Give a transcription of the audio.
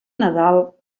nadal